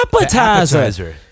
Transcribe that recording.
appetizer